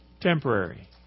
temporary